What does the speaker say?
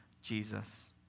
jesus